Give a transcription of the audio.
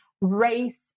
race